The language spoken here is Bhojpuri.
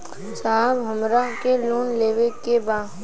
साहब हमरा के लोन लेवे के बा